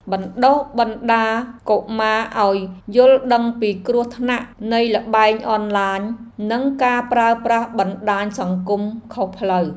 បណ្តុះបណ្តាលកុមារឱ្យយល់ដឹងពីគ្រោះថ្នាក់នៃល្បែងអនឡាញនិងការប្រើប្រាស់បណ្តាញសង្គមខុសផ្លូវ។